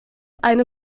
eine